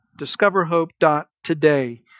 Discoverhope.today